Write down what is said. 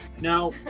Now